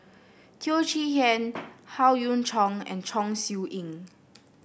Teo Chee Hean Howe Yoon Chong and Chong Siew Ying